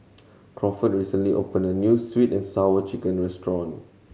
Crawford recently opened a new Sweet And Sour Chicken restaurant